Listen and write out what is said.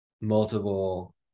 multiple